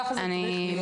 ככה זה צריך להיות.